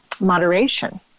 moderation